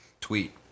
Tweet